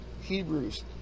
Hebrews